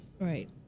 Right